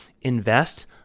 Invest